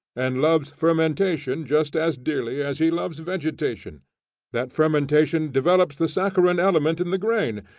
and loves fermentation just as dearly as he loves vegetation that fermentation develops the saccharine element in the grain,